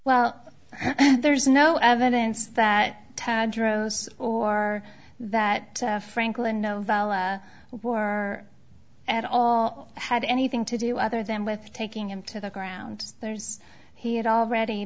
well there's no evidence that ted rose or that franklin novella or at all had anything to do other than with taking him to the ground there's he had already